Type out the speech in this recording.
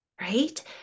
right